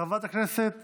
חברת הכנסת